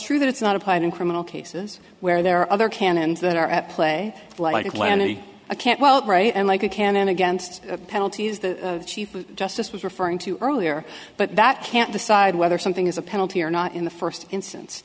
true that it's not applied in criminal cases where there are other canons that are at play like atlanta you can't well write and like a cannon against penalties the chief justice was referring to earlier but that can't decide whether something is a penalty or not in the first instance